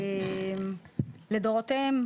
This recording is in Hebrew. לדורותיהם,